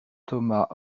thomas